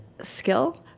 skill